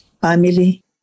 family